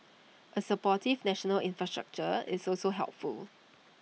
A supportive national infrastructure is also helpful